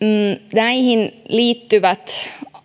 näihin liittyvät